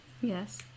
Yes